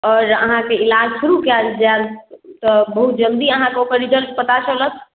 आओर अहाँके इलाज शुरू कयल जायत तऽ बहुत जल्दी अहाँकेँ ओकर रिजल्ट पता चलत